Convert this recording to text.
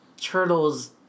turtles